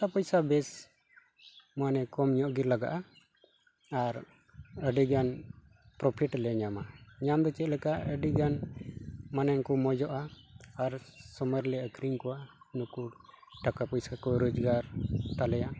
ᱴᱟᱠᱟ ᱯᱟᱭᱥᱟ ᱵᱮᱥ ᱢᱟᱱᱮ ᱠᱚᱢ ᱧᱚᱜ ᱜᱮ ᱞᱟᱜᱟᱜᱼᱟ ᱟᱨ ᱟ ᱰᱤ ᱜᱟᱱ ᱯᱨᱚᱯᱷᱤᱴ ᱞᱮ ᱧᱟᱢᱟ ᱧᱟᱢ ᱫᱚ ᱪᱮᱫ ᱞᱮᱠᱟ ᱟᱹᱰᱤ ᱜᱟᱱ ᱢᱟᱱᱮ ᱠᱚ ᱢᱚᱡᱚᱜᱼᱟ ᱟᱨ ᱥᱚᱢᱚᱭ ᱨᱮᱞᱮ ᱟᱹᱠᱷᱨᱤᱧ ᱠᱚᱣᱟ ᱱᱩᱠᱩ ᱴᱟᱠᱟ ᱯᱚᱭᱥᱟ ᱠᱚ ᱨᱳᱡᱽᱜᱟᱨ ᱛᱟᱞᱮᱭᱟ